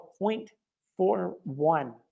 0.41